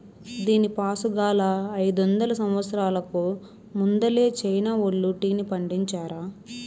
దీనిపాసుగాలా, అయిదొందల సంవత్సరాలకు ముందలే చైనా వోల్లు టీని పండించారా